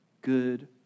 good